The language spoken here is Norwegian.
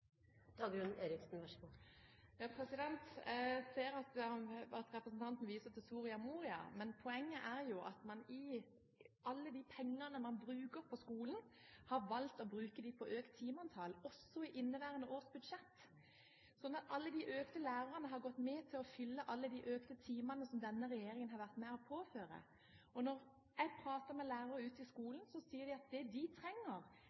Jeg ser at representanten viser til Soria Moria. Men poenget er jo at alle de pengene man bruker på skolen, har man valgt å bruke på økt timeantall, også i inneværende års budsjett, sånn at det økte antallet lærere har gått med til å fylle de økte antall timer som denne regjeringen har vært med på å påføre skolen. Når jeg prater med lærere ute i skolen, sier de at det de trenger